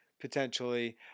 potentially